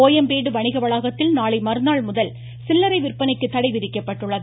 கோயம்பேடு வணிக வளாகத்தில் நாளைமறுநாள் முதல் சில்லரை விற்பனைக்கு தடை விதிக்கப்பட்டுள்ளது